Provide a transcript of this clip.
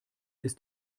ist